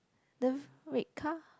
the red car